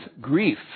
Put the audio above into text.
grief